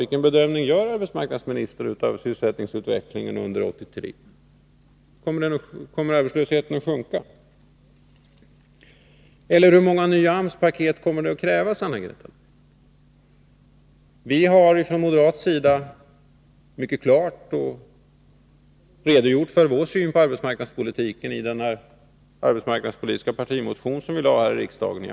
Vilken bedömning gör arbetsmarknadsministern av sysselsättningen under 1983? Kommer arbetslösheten att sjunka, eller hur många nya AMS-paket kommer det att krävas, Anna-Greta Leijon? Vi har från moderat sida i den arbetsmarknadspolitiska partimotion som vi lade fram i januari mycket klart redogjort för vår syn på arbetsmarknadspolitiken.